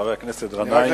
חבר הכנסת גנאים.